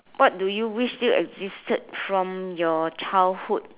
what do you wish still existed from your childhood